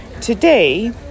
Today